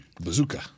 Bazooka